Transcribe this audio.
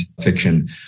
fiction